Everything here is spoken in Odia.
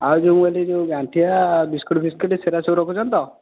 ଆଉ ଯେଉଁ ଏହିଠି ଯେଉଁ ଗାଣ୍ଠିଆ ବିସ୍କୁଟ ଫିସ୍କୁଟ୍ ସେରା ସବୁ ରଖୁଛନ୍ତି ତ